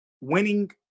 winning –